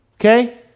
Okay